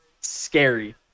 scary